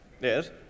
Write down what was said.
Yes